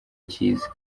cyiza